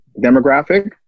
demographic